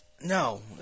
No